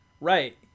right